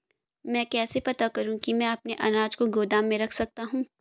मैं कैसे पता करूँ कि मैं अपने अनाज को गोदाम में रख सकता हूँ?